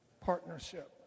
partnership